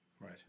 Right